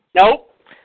Nope